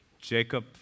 Jacob